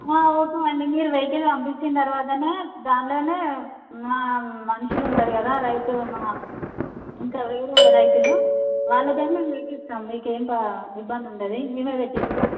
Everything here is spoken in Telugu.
ఓకే అండి మీరు వెహికిల్ పంపించిన తరువాతనే దాన్లోనే మా మనుషులు ఉంటారు కదా రైతు మా ఇంకా వేరే రైతులు వాళ్ళతోనే ఇప్పిస్తాం మీకేం ప్రా ఇబ్బంది ఉండదు మేమే ఇప్పిస్తాం